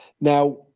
now